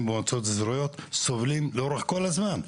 במועצות האזוריות סובלים לאורך כל הזמן,